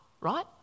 right